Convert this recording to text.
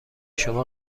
شما